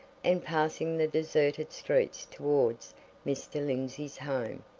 and passing the deserted streets towards mr. lindsey's home,